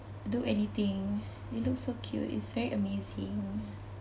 do anything they look so cute it's very amazing